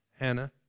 Hannah